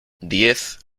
diez